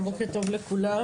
בוקר טוב לכולם,